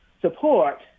support